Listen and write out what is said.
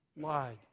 lied